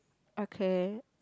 okay